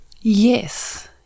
yes